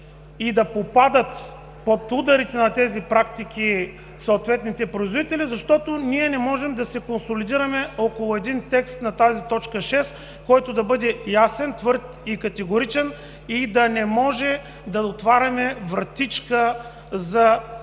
да попадат под ударите на тези практики, защото ние не можем да се консолидираме около един текст по тази т. 6, който да бъде ясен, твърд и категоричен, и да не може да отваряме вратичка за непочтени